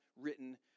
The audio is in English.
written